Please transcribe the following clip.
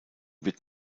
wird